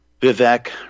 Vivek